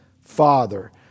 Father